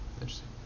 Interesting